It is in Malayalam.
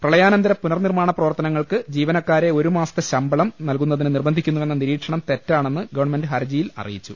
പ്രളയാനന്തര പുനർ നിർമ്മാണ പ്രവർത്തനങ്ങൾക്ക് ജീവനക്കാരെ ഒരു മാസത്തെ ശമ്പളം നൽകുന്നതിന് നിർബന്ധിക്കുന്നുവെന്ന നിരീക്ഷണം തെറ്റാണെന്ന് ഗവൺമെന്റ് ഹർജിയിൽ അറിയിച്ചു